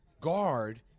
guard